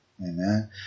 Amen